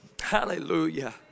Hallelujah